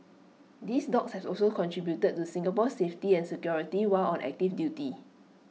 these dogs have also contributed to Singapore's safety and security while on active duty